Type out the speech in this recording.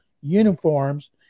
uniforms